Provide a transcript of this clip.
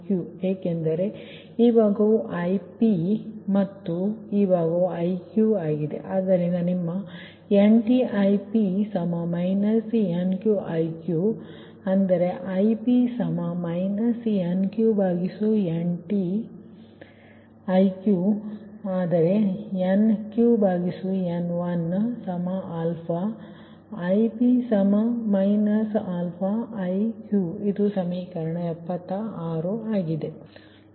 ಏಕೆಂದರೆ ಈ ಭಾಗವು Ip ಮತ್ತು ಈ ಭಾಗವು Iq ಆಗಿದೆ ಆದ್ದರಿಂದ ನಿಮ್ಮ NtIp NqIq ಅಂದರೆ Ip NqNtIq ಆದರೆ NqNt ಆದ್ದರಿಂದ Ip αIq ಇದು ಸಮೀಕರಣ 76 ಆಗಿದೆ ಸರಿ